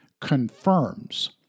Confirms